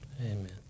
Amen